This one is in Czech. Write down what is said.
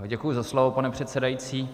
Děkuji za slovo, pane předsedající.